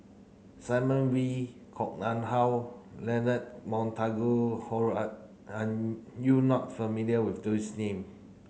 Simon Wee Koh Nguang How Leonard Montague Harrod are you not familiar with those name